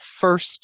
first